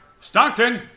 Stockton